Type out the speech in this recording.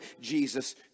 Jesus